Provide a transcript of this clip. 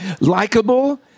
likable